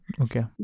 Okay